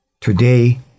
Today